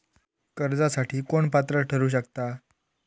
कर्जासाठी कोण पात्र ठरु शकता?